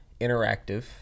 interactive